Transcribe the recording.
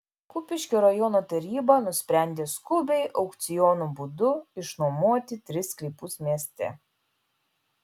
kupiškio rajono taryba nusprendė skubiai aukciono būdu išnuomoti tris sklypus mieste